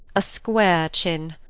a square chin.